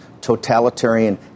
totalitarian